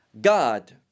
god